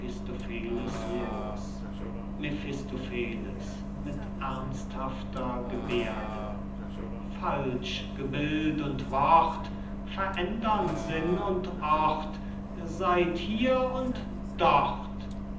mephistopheles mit ernsthafter geberde falsch gebild und wort verändern sinn und ort seyd hier und dort